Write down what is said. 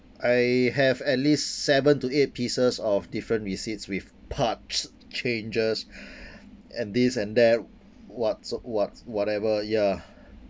I have at least seven to eight pieces of different receipts with parts changes and this and that what so what's whatever ya